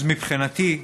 אז מבחינתי,